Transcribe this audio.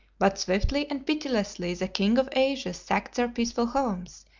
but swiftly and pitilessly the king of asia sacked their peaceful homes,